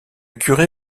curé